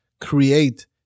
create